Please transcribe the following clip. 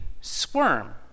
squirm